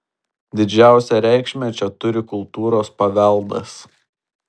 didžiausią reikšmę čia turi kultūros paveldas